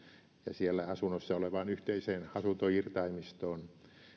siellä asunnossa olevaan yhteiseen asuntoirtaimistoon